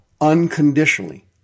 unconditionally